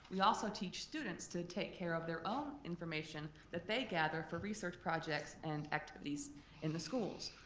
we also teach students to take care of their own information that they gather for research projects and activities in the schools.